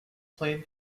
plain